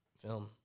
film